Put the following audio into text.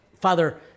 Father